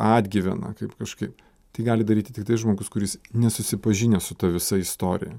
atgyveną kaip kažkaip tai gali daryti tiktai žmogus kuris nesusipažinęs su ta visa istorija